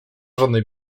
żadnej